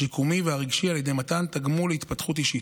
השיקומי והרגשי על ידי מתן תגמול להתפתחות אישית,